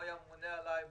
הוא היה ממונה עליי בבריאות.